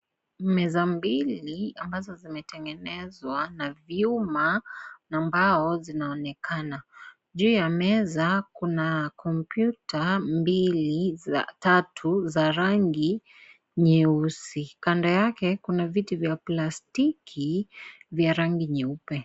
Meza mbili ambazo zimetengenezwa na vyuma na mbao zinaonekana. Juu ya meza, kuna kompyuta mbili, tatu za rangi nyeusi. Kando yake kuna viti vya plastiki vya rangi nyeupe.